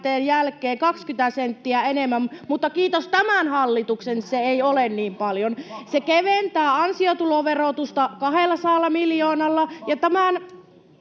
jälkeen 20 senttiä enemmän, mutta kiitos tämän hallituksen se ei ole niin paljon. Se keventää ansiotuloverotusta 200 miljoonalla,